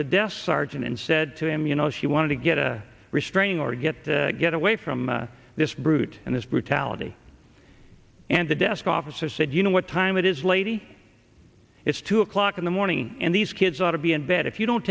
the desk sergeant and said to him you know she wanted to get a restraining order get get away from this brute and this brutality and the desk officer said you know what time it is lady it's two o'clock in the morning and these kids ought to be in bed if you don't